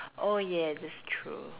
oh yeah that's true